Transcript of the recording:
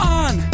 on